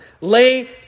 Lay